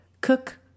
cook